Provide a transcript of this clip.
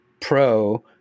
pro